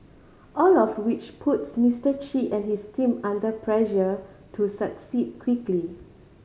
all of which puts Mister Chi and his team under pressure to succeed quickly